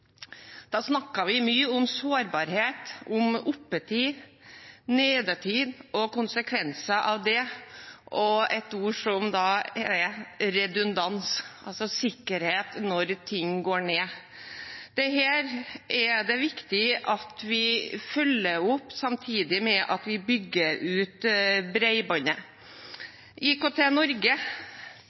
Da snakket vi mye om sårbarhet, om oppetid, nedetid og konsekvenser av det, og om et ord som heter redundans, altså sikkerhet når ting går ned. Dette er det viktig at vi følger opp samtidig med at vi bygger ut